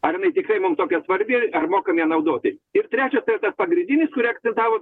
ar jinai tikrai mum tokia svarbi ar mokam ją naudotis ir trečias yra tas pagrindinis kurį akcentavo